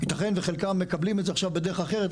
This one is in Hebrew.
יתכן וחלקם מקבלים את זה עכשיו בדרך אחרת,